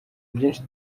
byinshi